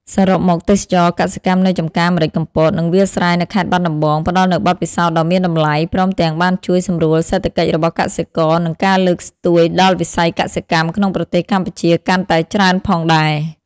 សរុបមក ទេសចរណ៍កសិកម្មនៅចម្ការម្រេចកំពត និងវាលស្រែនៅខេត្តបាត់ដំបង ផ្តល់នូវបទពិសោធន៍ដ៏មានតម្លៃ ព្រមទាំងបានជួយសម្រួលសេដ្ឋកិច្ចរបស់កសិករ និងការលើកស្ទួយដល់វិស័យកសិកម្មក្នុងប្រទេសកម្ពុជាកាន់តែច្រើនផងដែរ ។